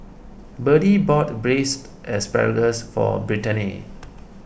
Birdie bought Braised Asparagus for Brittaney